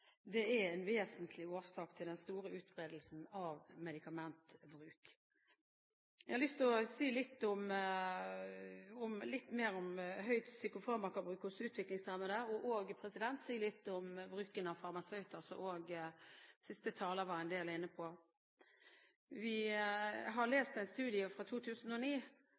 kompetanse er en vesentlig årsak til at den høye medikamentbruken er så utbredt. Jeg har lyst til å si litt mer om høyt psykofarmakabruk hos utviklingshemmede og også si litt om bruken av farmasøyter, som også siste taler var inne på. Vi har lest en studie fra 2009